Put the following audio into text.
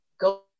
go